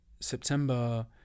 September